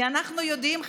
כי אנחנו יודעים,